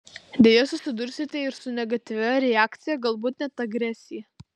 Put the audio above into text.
deja susidursite ir su negatyvia reakcija galbūt net agresija